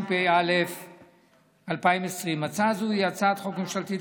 התשפ"א 2020. הצעה זו היא הצעת חוק ממשלתית